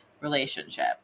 relationship